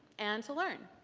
and to learn.